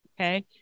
okay